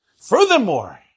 Furthermore